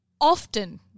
often